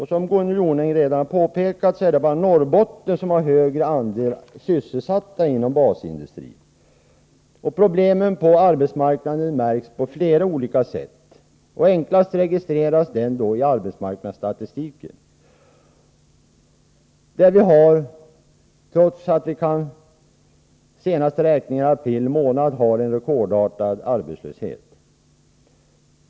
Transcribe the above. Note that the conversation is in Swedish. Som Gunnel Jonäng påpekat är det bara Norrbotten som har en högre andel sysselsatta inom basindustrin. Problemen på arbetsmarkna den märks på flera olika sätt. Enklast registreras de i arbetsmarknadsstatistiken. I den senaste arbetslöshetsberäkningen, för april månad, redovisas en rekordartad arbetslöshet.